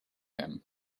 him